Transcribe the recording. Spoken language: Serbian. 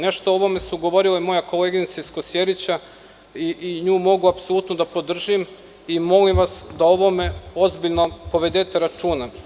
Nešto o ovome su govorile moje koleginice iz Kosjerića i njih mogu apsolutno da podržim i molim vas da o ovome ozbiljno povedete računa.